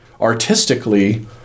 artistically